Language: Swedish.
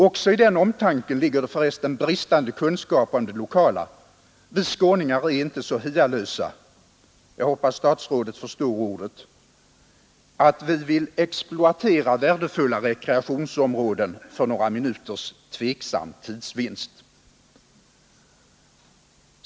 Också i den omtanken ligger för resten bristande kunskap om det lokala: vi skåningar är inte så ”hialösa” — jag hoppas statsrådet förstår ordet — att vi vill exploatera värdefulla rekreationsområden för några minuters tveksam tidsvinst.